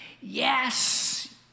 Yes